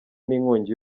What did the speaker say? n’inkongi